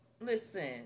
listen